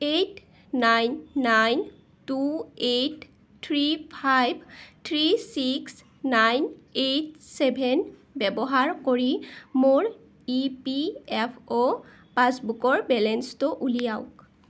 eight nine nine nine two eight three five three six nine eight seven ব্যৱহাৰ কৰি মোৰ E P F O পাছবুকৰ বেলেঞ্চটো উলিয়াওক